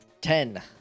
ten